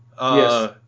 Yes